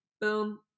boom